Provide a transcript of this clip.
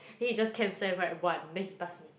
then he just cancel and write one then he pass me